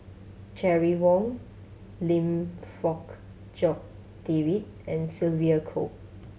Terry Wong Lim Fong Jock David and Sylvia Kho